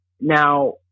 now